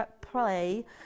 play